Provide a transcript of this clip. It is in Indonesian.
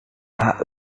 pak